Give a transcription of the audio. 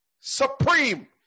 supreme